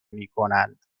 میکنند